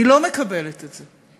אני לא מקבלת את זה.